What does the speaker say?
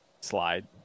slide